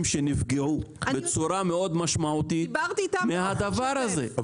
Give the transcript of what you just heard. שנפגעו בצורה מאוד משמעותית מהדבר הזה.